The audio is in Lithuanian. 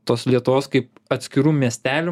tos lietuvos kaip atskirų miestelių